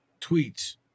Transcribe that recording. tweets